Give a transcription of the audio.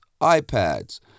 iPads